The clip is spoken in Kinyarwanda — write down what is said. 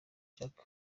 jack